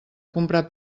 comprar